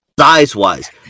Size-wise